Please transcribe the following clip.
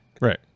Right